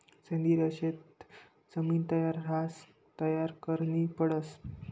सेंद्रिय शेत जमीन तयार रहास का तयार करनी पडस